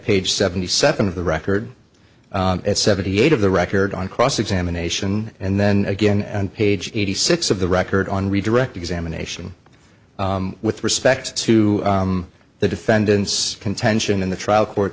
page seventy seven of the record seventy eight of the record on cross examination and then again page eighty six of the record on redirect examination with respect to the defendant's contention in the trial court